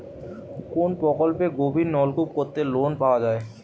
কোন প্রকল্পে গভির নলকুপ করতে লোন পাওয়া য়ায়?